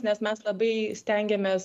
nes mes labai stengiamės